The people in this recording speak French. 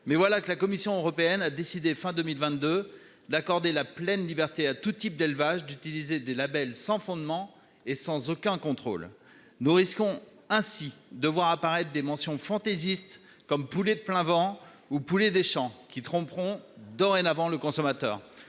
Mais voilà que la Commission européenne a décidé, à la fin de 2022, d'accorder à tous types d'élevage pleine liberté d'utiliser des labels sans fondement et sans aucun contrôle ! Nous risquons ainsi de voir apparaître des mentions fantaisistes, comme « poulet de plein vent » ou « poulet des champs », qui tromperont le consommateur.